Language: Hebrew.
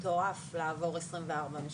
מטורף לעבור 24 משקים.